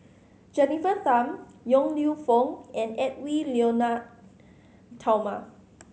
Jennifer Tham Yong Lew Foong and Edwy Lyonet Talma